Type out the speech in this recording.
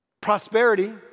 Prosperity